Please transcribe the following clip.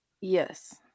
yes